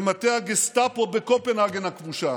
זה מטה הגסטפו בקופנהגן הכבושה,